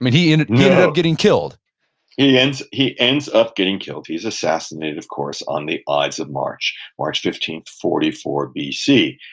but he ended yeah up getting killed no. and he ends up getting killed, he's assassinated, of course, on the ides of march, march fifteenth, forty four bc.